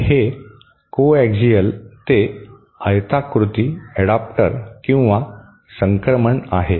तर हे coaxial ते आयताकृती एडाप्टर किंवा संक्रमण आहे